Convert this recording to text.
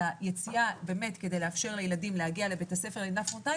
אלא יציאה כדי לאפשר לילדים להגיע לבית הספר ללמידה פרונטלית.